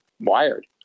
wired